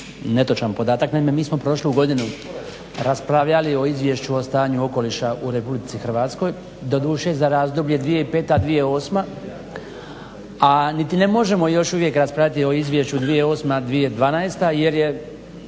netočan podatak, naime mi smo prošlu godinu raspravljali o Izvješću o stanju okoliša u Republici Hrvatskoj, doduše za razdoblje 2005.-2008., a niti ne možemo još uvijek raspravljati o izvješću 2008.-2012. jer je,